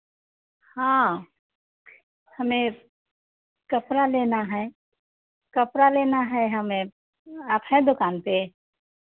हाँ हमें कपड़ा लेना है कपड़ा लेना है हमें आप हैं दुकान पर